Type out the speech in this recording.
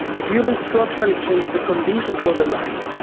if you don't structurally change the conditions for their lives,